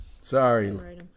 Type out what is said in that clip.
Sorry